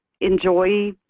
enjoy